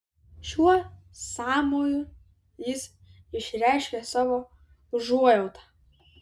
šiuo sąmoju jis išreiškė savo užuojautą